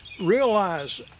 realize